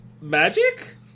magic